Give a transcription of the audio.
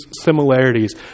similarities